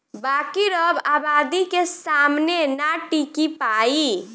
बाकिर अब आबादी के सामने ना टिकी पाई